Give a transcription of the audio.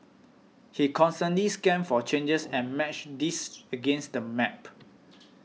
he constantly scanned for changes and matched these against the map